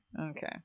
okay